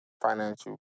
financial